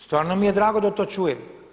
Stvarno mi je drago da to čujem.